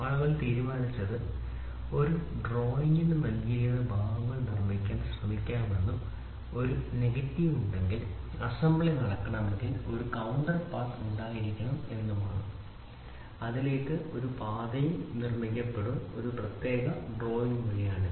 ആളുകൾ തീരുമാനിച്ചത് ഒരു ഡ്രോയിംഗിന് നൽകിയിരിക്കുന്ന ഭാഗങ്ങൾ നിർമ്മിക്കാൻ ശ്രമിക്കാമെന്നും ഒരു നെഗറ്റീവ് ഉണ്ടെങ്കിൽ ഒരു അസംബ്ലി നടക്കണമെങ്കിൽ ഒരു കൌണ്ടർ പാത്ത് ഉണ്ടായിരിക്കണം അതിലേക്ക് പാതയും നിർമ്മിക്കപ്പെടും ഒരു പ്രത്യേക ഡ്രോയിംഗ് വഴി ആണ്